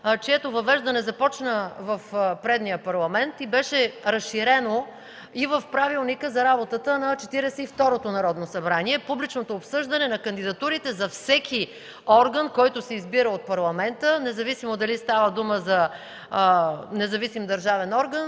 чиято въвеждане започна в предния Парламент и беше разширено и в Правилника за работата на Четиридесет и второто Народно събрание – публичното обсъждане на кандидатурите за всеки орган, който се избира от Парламента, независимо дали става дума за независим държавен орган